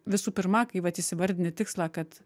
visų pirma kai vat įsivardini tikslą kad